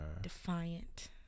Defiant